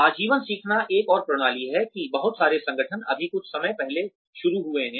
आजीवन सीखना एक और प्रणाली है कि बहुत सारे संगठन अभी कुछ समय पहले शुरू हुए हैं